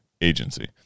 agency